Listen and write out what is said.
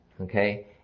Okay